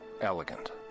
elegant